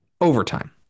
overtime